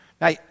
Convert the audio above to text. Now